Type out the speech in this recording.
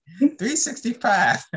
365